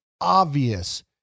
obvious